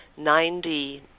90